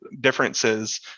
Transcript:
differences